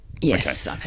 Yes